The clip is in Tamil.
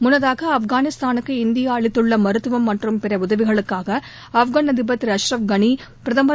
முன்னதாக ஆப்கானிஸ்தானுக்கு இந்தியா அளித்துள்ள மருத்துவம் மற்றும் பிற உதவிகளுக்காக ஆப்கன் அதிபர் கனி பிரதமர் திரு